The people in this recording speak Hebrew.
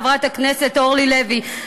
חברת הכנסת אורלי לוי.